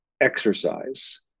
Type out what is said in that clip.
exercise